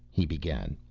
he began,